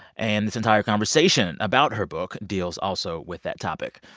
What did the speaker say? and this entire conversation about her book deals also with that topic.